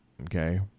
okay